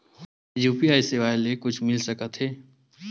UPI सेवाएं से कुछु मिल सकत हे?